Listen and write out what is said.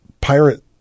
pirate